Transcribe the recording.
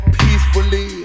peacefully